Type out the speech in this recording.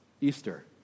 Easter